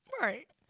right